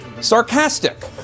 sarcastic